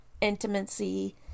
intimacy